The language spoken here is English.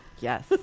yes